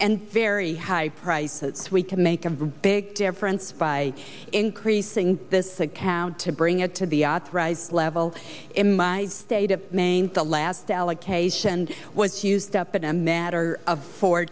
and very high price that we can make a big difference by increasing this account to bring it to the authorized level in my state of maine the last allocation and once used up in a matter of four